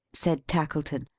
said tackleton.